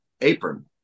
apron